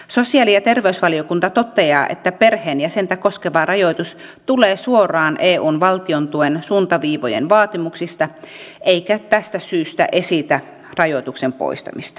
sosiaali ja terveysvaliokunta toteaa että perheenjäsentä koskeva rajoitus tulee suoraan eun valtiontuen suuntaviivojen vaatimuksista eikä tästä syystä esitä rajoituksen poistamista